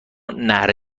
ﺷﯿﺮﺍﻥ